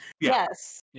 yes